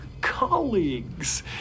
colleagues